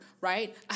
right